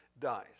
dies